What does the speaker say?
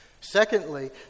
Secondly